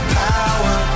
power